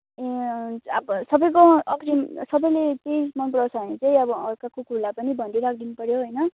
ए अँ हुन्छ अब सबैको सबैले त्यही मन पराउँछ भने चाहिँ अब सब कुकहरूलाई पनि भनिदिई राखिदिनु पर्यो होइन